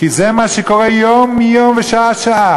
כי זה מה שקורה יום-יום ושעה-שעה.